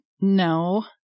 No